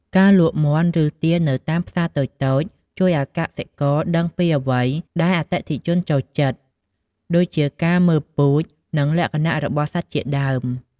ការលក់មាន់ ឬទានៅតាមផ្សារតូចៗ ជួយឲ្យកសិករដឹងពីអ្វីដែលអតិថិជនចូលចិត្ត ដូចជាការមើលពូជ និងលក្ខណៈរបស់សត្វជាដើម។